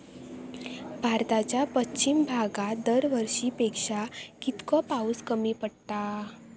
भारताच्या पश्चिम भागात दरवर्षी पेक्षा कीतको पाऊस कमी पडता?